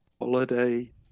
holiday